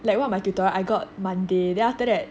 like one of my tutorial I got monday then after that